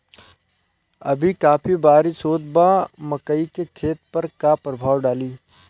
अभी काफी बरिस होत बा मकई के खेत पर का प्रभाव डालि?